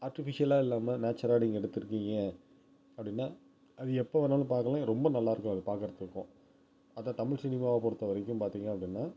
ஆர்டிஃபிஷியலாக இல்லாமல் நேச்சராக நீங்கள் எடுத்துருக்கீங்கள் அப்படின்னா அது எப்போ வேணாலும் பார்க்கலாம் ரொம்ப நல்லாருக்கும் அதை பார்க்கறதுக்கும் அதுதான் தமிழ் சினிமாவை பொறுத்த வரைக்கும் பார்த்திங்க அப்படின்னா